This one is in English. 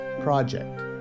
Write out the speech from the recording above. Project